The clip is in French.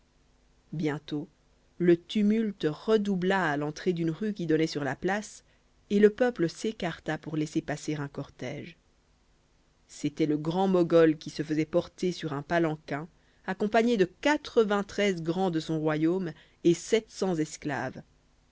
bientôt le tumulte redoubla à l'entrée d'une rue qui donnait sur la place et le peuple s'écarta pour laisser passer un cortège c'était le grand mogol qui se faisait porter sur un palanquin accompagné de quatre-vingt-treize grands de son royaume et sept cents esclaves